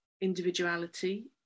individuality